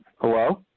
Hello